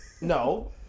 No